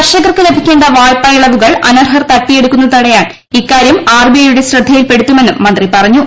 കർഷകർക്ക് ലഭിക്കേണ്ട വായ്പാ ഇളവുകൾ അനർഹർ തട്ടിയെടുക്കുന്നത് തടയാൻ ഇക്കാര്യം ആർ ബി ഐയുടെ ശ്രദ്ധയിൽപ്പെടുത്തുമന്നും മന്ത്രി പറഞ്ഞു